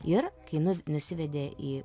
ir kai nu nusivedė į